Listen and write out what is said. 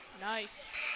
Nice